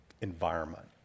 environment